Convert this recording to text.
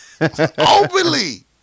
openly